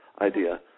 idea